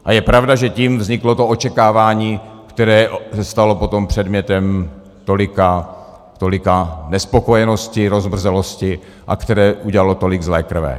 A je pravda, že tím vzniklo to očekávání, které se stalo potom předmětem tolika nespokojenosti, rozmrzelosti a které udělalo tolik zlé krve.